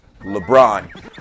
LeBron